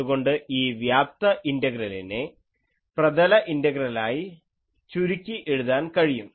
അതുകൊണ്ട് ഈ വ്യാപ്ത ഇന്റഗ്രലിനെ പ്രതല ഇന്റഗ്രലായി ചുരുക്കി എഴുതാൻ കഴിയും